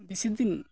ᱵᱮᱥᱤᱫᱤᱱ